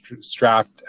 strapped